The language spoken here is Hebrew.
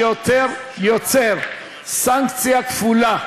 שיוצר סנקציה כפולה,